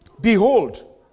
Behold